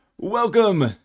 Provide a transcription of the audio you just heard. Welcome